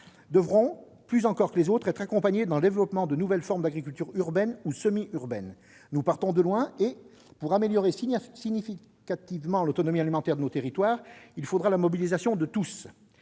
-devront, plus encore que les autres, être accompagnés dans le développement de nouvelles formes d'agriculture urbaine ou semi-urbaine. Nous partons de loin et, pour accroître significativement l'autonomie alimentaire de nos territoires, il faudra la mobilisation de tous-